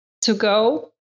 to-go